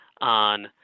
on